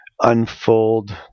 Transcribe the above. unfold